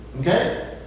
Okay